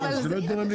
אבל זה נקבע.